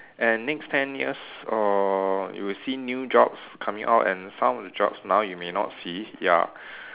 and next ten years err you will see new jobs coming out and some of the jobs now you may not see ya